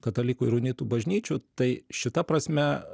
katalikų ir unitų bažnyčių tai šita prasme